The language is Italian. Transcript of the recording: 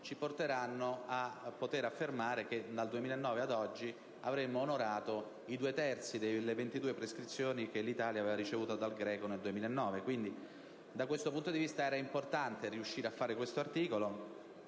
ci consentirà di affermare che dal 2009 ad oggi avremo onorato i due terzi delle 22 prescrizioni che l'Italia aveva ricevuto dal GRECO nel 2009. Da questo punto di vista, era importante riuscire ad approvare questo articolo,